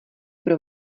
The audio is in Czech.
pro